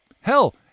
hell